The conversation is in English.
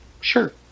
Sure